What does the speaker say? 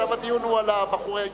עכשיו הדיון הוא על בחורי הישיבה.